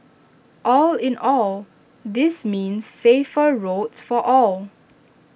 all in all this means safer roads for all